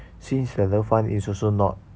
since their loved one is also not